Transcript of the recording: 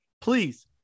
please